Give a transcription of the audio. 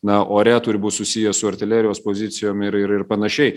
na ore turi būt susiję su artilerijos pozicijom ir ir ir panašiai